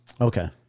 Okay